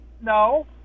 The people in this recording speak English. No